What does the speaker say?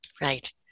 Right